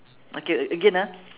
okay again ah